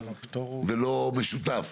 ולא משותף,